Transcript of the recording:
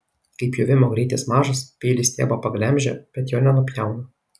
kai pjovimo greitis mažas peilis stiebą paglemžia bet jo nenupjauna